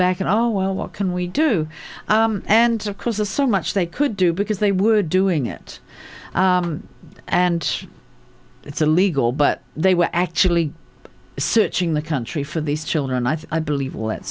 back at all well what can we do and of course there's so much they could do because they were doing it and it's illegal but they were actually searching the country for these children i think i believe what